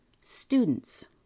students